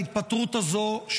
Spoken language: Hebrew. בהתפטרות הזאת,